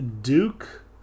Duke